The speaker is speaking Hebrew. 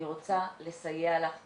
אני רוצה לסייע לך כבנאדם,